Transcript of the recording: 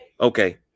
Okay